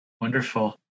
Wonderful